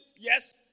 Yes